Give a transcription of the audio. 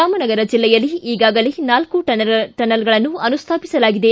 ರಾಮನಗರ ಜಿಲ್ಲೆಯಲ್ಲಿ ಈಗಾಗಲೇ ನಾಲ್ಕು ಟನಲ್ಗಳನ್ನು ಅನುಸ್ವಾಪಿಸಲಾಗಿದೆ